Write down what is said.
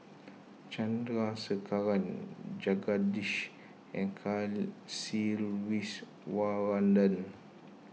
Chandrasekaran Jagadish and Kasiviswana